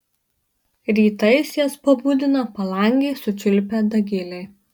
rytais jas pabudina palangėj sučiulbę dagiliai